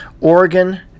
oregon